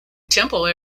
temple